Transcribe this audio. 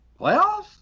playoffs